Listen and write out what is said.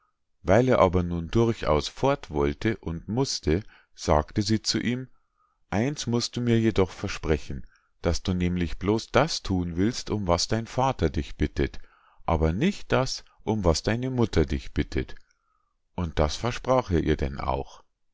weil er aber nun durchaus fort wollte und mußte sagte sie zu ihm eins musst du mir jedoch versprechen daß du nämlich bloß das thun willst um was dein vater dich bittet aber nicht das um was deine mutter dich bittet und das versprach er ihr denn auch